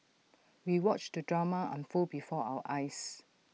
we watched the drama unfold before our eyes